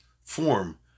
form